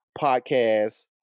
podcast